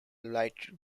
lighter